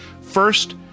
First